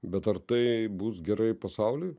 bet ar tai bus gerai pasauliui